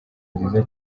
nziza